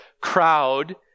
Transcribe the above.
crowd